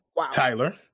Tyler